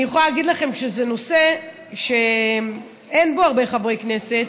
אני יכולה להגיד לכם שזה נושא שאין בו הרבה חברי כנסת,